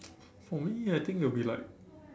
for me I think it'll be like